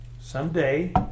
someday